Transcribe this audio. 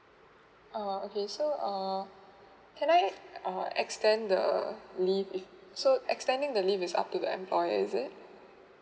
uh okay so uh can I uh extend the leave so extending the leave is up to the employer is it